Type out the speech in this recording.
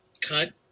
cut